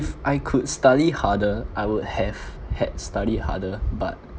if I could study harder I would have had study harder but